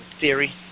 theory